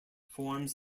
forms